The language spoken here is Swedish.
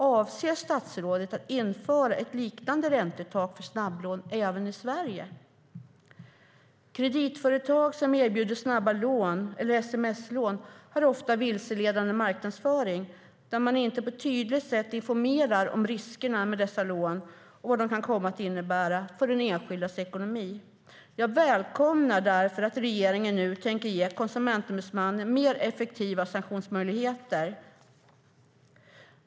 Avser statsrådet att införa ett liknande räntetak för snabblån även i Sverige? Kreditföretag som erbjuder snabba lån eller sms-lån har ofta vilseledande marknadsföring där man inte på ett tydligt sätt informerar om riskerna med dessa lån och vad de kan komma att innebära för den enskildes ekonomi. Jag välkomnar därför att regeringen nu tänker ge Konsumentombudsmannen effektivare sanktionsmöjligheter.